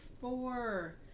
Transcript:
four